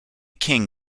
king